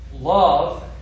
love